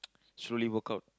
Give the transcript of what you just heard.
slowly work out